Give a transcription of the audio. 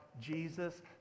Jesus